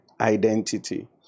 identity